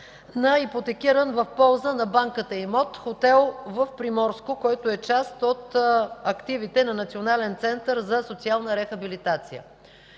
на ипотекиран в полза на банката имот – хотел в Приморско, който е част от активите на Национален център за социална рехабилитация.